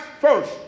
first